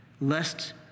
lest